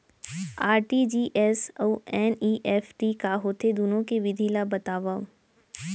RTGS अऊ NEFT का होथे, दुनो के विधि ला बतावव